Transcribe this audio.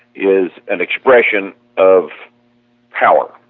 is an expression of power.